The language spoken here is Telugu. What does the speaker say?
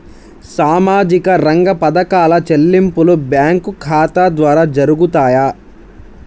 సామాజిక రంగ పథకాల చెల్లింపులు బ్యాంకు ఖాతా ద్వార జరుగుతాయా?